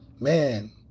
man